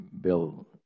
Bill